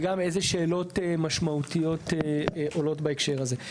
וגם איזה שאלות משמעותיות עולות בהקשר הזה.